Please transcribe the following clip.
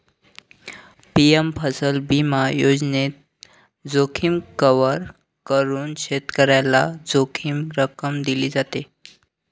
PM फसल विमा योजनेत, जोखीम कव्हर करून शेतकऱ्याला जोखीम रक्कम दिली जाते